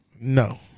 No